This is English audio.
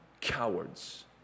Cowards